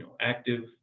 active